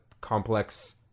complex